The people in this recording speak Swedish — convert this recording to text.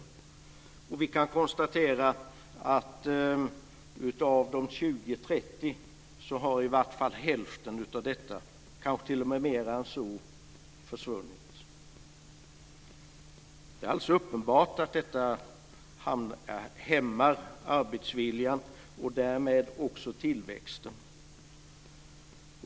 Vi kan konstatera att av dessa 20-30 kr har åtminstone hälften, ibland kanske mer än så, försvunnit. Det är alldeles uppenbart att detta hämmar arbetsviljan, och därmed också tillväxten.